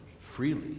freely